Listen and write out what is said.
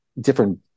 different